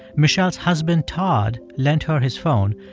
michele's husband todd lent her his phone.